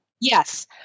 Yes